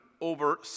over